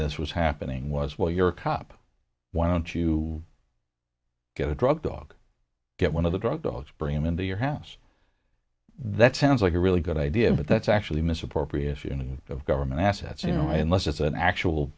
this was happening was well you're a cop why don't you get a drug dog get one of the drug dogs bring him into your house that sounds like a really good idea but that's actually misappropriation and of government assets you know unless it's an actual